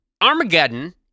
Armageddon